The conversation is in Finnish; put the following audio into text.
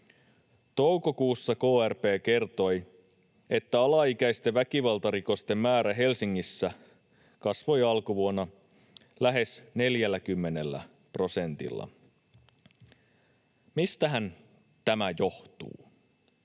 Toukokuussa krp kertoi, että alaikäisten väkivaltarikosten määrä Helsingissä kasvoi alkuvuonna lähes 40 prosentilla. Mistähän tämä johtuu?